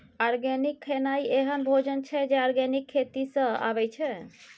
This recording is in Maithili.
आर्गेनिक खेनाइ एहन भोजन छै जे आर्गेनिक खेती सँ अबै छै